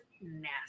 nasty